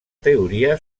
teoria